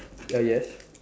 ah yes